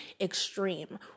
extreme